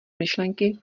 myšlenky